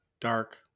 dark